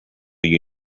you